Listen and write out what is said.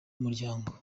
n’umuryango